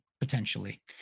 potentially